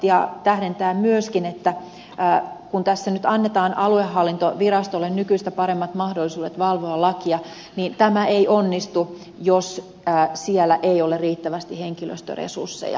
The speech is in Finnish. talentia tähdentää myöskin että kun tässä nyt annetaan aluehallintovirastolle nykyistä paremmat mahdollisuudet valvoa lakia niin tämä ei onnistu jos siellä ei ole riittävästi henkilöstöresursseja